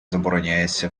забороняється